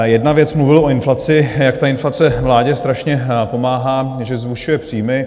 Jedna věc, mluvil o inflaci, jak ta inflace vládě strašně pomáhá, že zvyšuje příjmy.